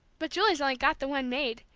but julie's only got the one maid,